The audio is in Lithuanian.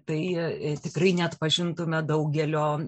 tai tikrai neatpažintume daugelio